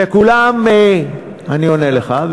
וכולם, אני עונה לך.